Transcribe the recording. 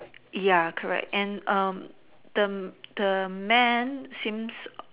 ya correct and um then the man seems